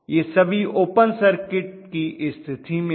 यह सभी open circuit की स्थिति मैं है